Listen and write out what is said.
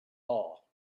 all